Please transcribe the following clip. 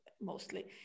mostly